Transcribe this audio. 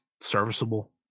serviceable